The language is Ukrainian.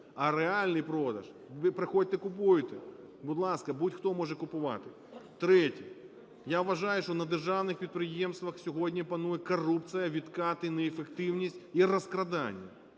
а реальний продаж – приходьте, купуйте. Будь ласка, будь-хто може купувати. Третє. Я вважаю, що на державних підприємствах сьогодні панує корупція, відкати, неефективність і розкрадання.